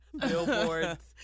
Billboards